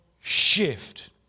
shift